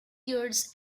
years